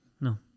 no